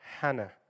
Hannah